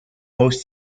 most